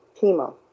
chemo